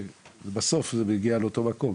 ובסוף זה מגיע לאותו מקום,